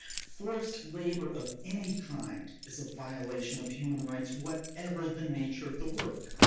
forced labor of any kind is a violation of human rights, whatever the nature of the work.